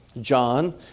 John